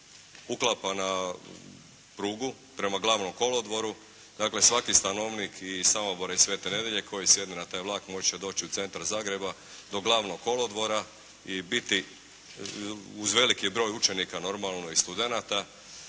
uklapa na prugu prema Glavnom kolodvoru. Dakle, svaki stanovnik iz Samobora i Svete Nedelje koji sjednu na taj vlak moći će doći u centar Zagreba do Glavnog kolodvora i biti uz veliki broj učenika normalno i studenata